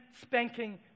spanking